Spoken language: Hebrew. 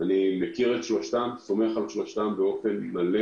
אני מכיר את שלושתם וסומך על שלושתם באופן מלא.